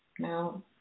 Now